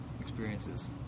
experiences